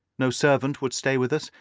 no servant would stay with us,